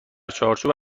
چارچوب